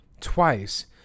Twice